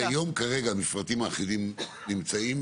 כיום, כרגע, המפרטים האחידים נמצאים?